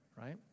right